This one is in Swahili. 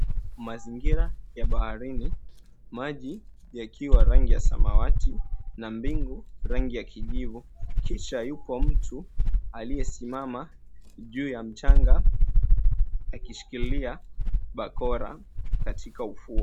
Mazingira ya baharini, maji yakiwa rangi ya samawati na mbingu rangi ya kijivu. Kisha yupo mtu aliyesimama juu ya mchanga akishikilia bakora katika ufuo.